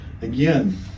Again